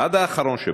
עד האחרון שבהם,